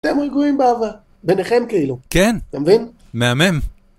אתם רגועים באהבה, ביניכם כאילו. כן. אתם מבינים? מהמם.